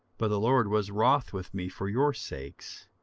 but the lord was wroth with me for your sakes,